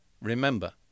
Remember